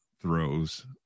throws